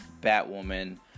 Batwoman